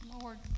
Lord